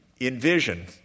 envision